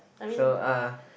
so uh